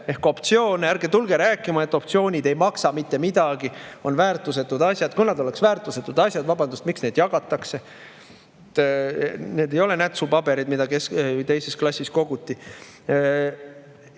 ehk optsioone. Ärge tulge rääkima, et optsioonid ei maksa mitte midagi, on väärtusetud asjad! Kui nad oleks väärtusetud asjad, vabandust, siis miks neid jagatakse? Need ei ole nätsupaberid, mida teises klassis koguti.